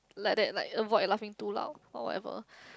like that like avoid laughing too loud or whatever